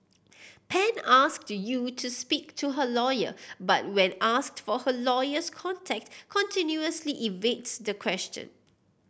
pan asked Yew to speak to her lawyer but when asked for her lawyer's contact continuously evades the question